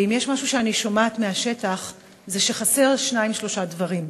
ואם יש משהו שאני שומעת מהשטח זה שחסרים שניים-שלושה דברים,